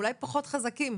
ואולי פחות חזקים